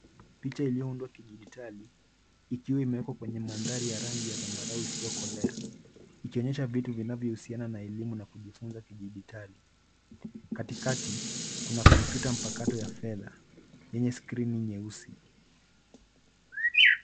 Picha iliyoundwa kijiditali ikiwa imewekwa kwenye mandhari ya rangi ya zambarau isiyo kolea, ikionyesha vitu vinavyohusiana na elimu na kujifunza kijiditali. Katikati kuna kompyuta mpakato ya fedha yenye skrini nyeusi.